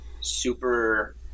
super